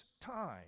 time